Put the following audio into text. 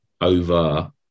over